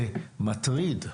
זה מטריד,